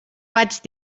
vaig